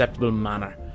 manner